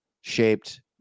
shaped